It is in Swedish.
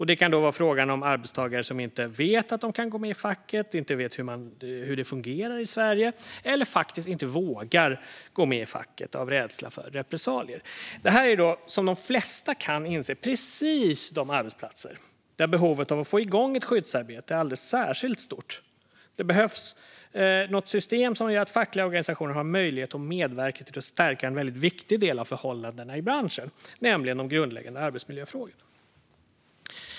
Det kan då vara fråga om arbetstagare som inte vet att de kan gå med i facket, som inte vet hur det fungerar i Sverige eller som faktiskt inte vågar gå med i facket av rädsla för repressalier. Som de flesta kan inse är detta arbetsplatser där behovet av att få igång ett skyddsarbete är särskilt stort. Det behövs något system som gör att fackliga organisationer har en möjlighet att medverka till att stärka en väldigt viktig del av förhållandena i branschen, nämligen de grundläggande arbetsmiljöfrågorna.